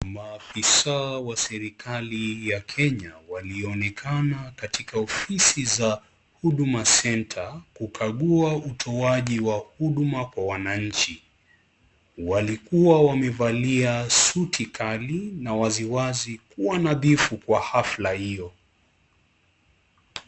Maafisa wa serikali ya Kenya waklionekana katika ofisi za Huduma centre, kukagua utoaji wa huduma kwa wananchi . Walikuwa wamevalia suti kali na waziwazi kuwa nadhifu wa hafla hiyo.